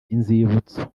inzibutso